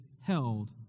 held